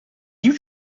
you